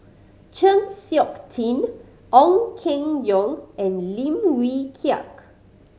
Chng Seok Tin Ong Keng Yong and Lim Wee Kiak